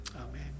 Amen